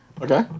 Okay